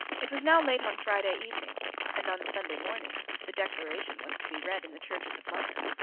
it was now late on friday evening and on sunday morning the declaration was to be read in the churches of london.